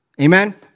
Amen